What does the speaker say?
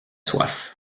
soif